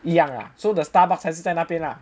一样 ah so Starbucks 还是在那边 lah